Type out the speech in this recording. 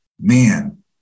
Man